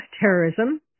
terrorism